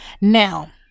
Now